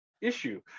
issue